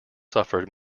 suffered